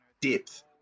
depth